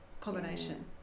combination